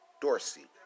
Dorsey